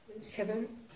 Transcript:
seven